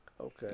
okay